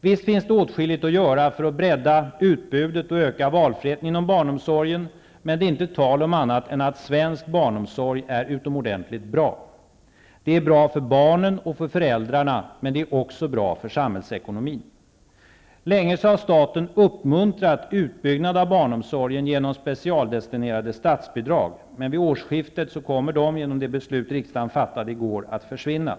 Visst finns det åtskilligt att göra för att bredda utbudet och öka valfriheten inom barnomsorgen, men det är inte tal om annat än att svensk barnomsorg är utomordentligt bra. Den är bra för barnen och för föräldrarna, men den är också bra för samhällsekonomin. Länge har staten uppmuntrat utbyggnad av barnomsorgen genom specialdestinerade statsbidrag, men vid årsskiftet kommer de, enligt det beslut riksdagen fattade i går, att försvinna.